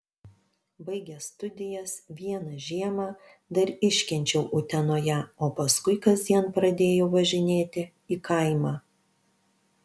baigęs studijas vieną žiemą dar iškenčiau utenoje o paskui kasdien pradėjau važinėti į kaimą